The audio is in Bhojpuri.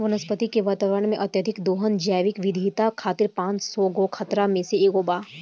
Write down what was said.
वनस्पति के वातावरण में, अत्यधिक दोहन जैविक विविधता खातिर पांच गो खतरा में से एगो बा